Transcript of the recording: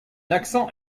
accent